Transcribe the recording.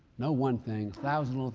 no one thing, thousands of